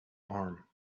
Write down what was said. arm